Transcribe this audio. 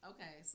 Okay